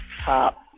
top